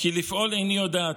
כי לפעול איני יודעת,